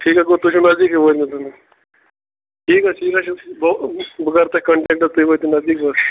ٹھیٖک گوٚو تُہۍ چھُو نزدیٖکی وٲتۍمٕتۍ ٹھیٖک حظ ٹھیٖک حظ چھِ بہٕ بہٕ کَرٕ تۄہہِ کَنٹیکٹ تُہۍ وٲتیُو نزدیٖک حظ